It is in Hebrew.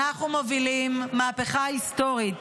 אנחנו מובילים מהפכה היסטורית